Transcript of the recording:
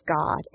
God